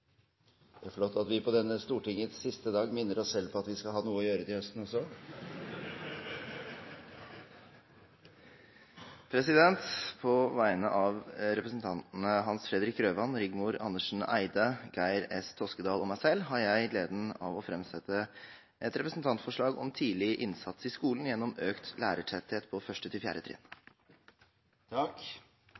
Det er flott at vi på denne Stortingets siste dag minner oss selv på at vi skal ha noe å gjøre til høsten også. På vegne av representantene Hans Fredrik Grøvan, Rigmor Andersen Eide, Geir S. Toskedal og meg selv har jeg gleden av å framsette et representantforslag om tidlig innsats i skolen gjennom økt lærertetthet på 1.–4. trinn.